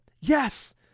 yes